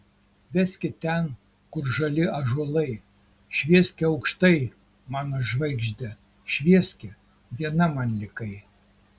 veski ten kur žali ąžuolai švieski aukštai mano žvaigžde švieski viena man likai